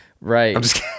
right